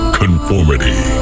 conformity